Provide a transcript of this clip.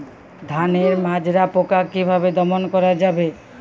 ধানের মাজরা পোকা কি ভাবে দমন করা যাবে?